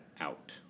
out